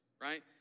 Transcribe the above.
right